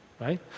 Right